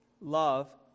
love